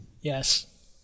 Yes